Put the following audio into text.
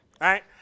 right